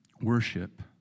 worship